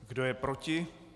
Kdo je proti?